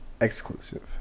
Exclusive